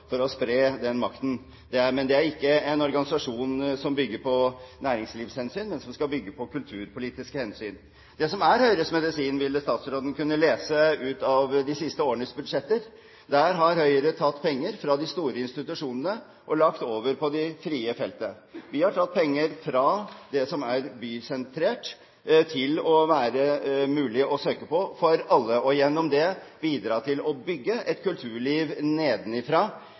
for å spre makten, men det er ikke en organisasjon som skal bygge på næringslivshensyn; den skal bygge på kulturpolitiske hensyn. Det som er Høyres medisin, ville statsråden kunne lese ut av de siste årenes budsjetter. Der har Høyre tatt penger fra de store institusjonene og lagt dem over på det frie feltet. Vi har tatt penger fra det som er bysentrert til det som det vil være mulig å søke på for alle, og gjennom det bidra til å bygge et kulturliv